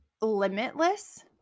limitless